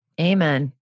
Amen